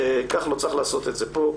כך לא צריך לעשות את זה כאן.